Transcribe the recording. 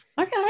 okay